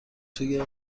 توی